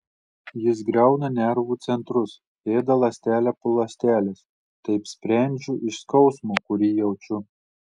jis griauna nervų centrus ėda ląstelę po ląstelės taip sprendžiu iš skausmo kurį jaučiu